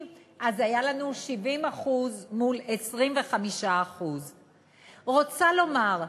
אז היו לנו 70% מול 25%. רוצה לומר,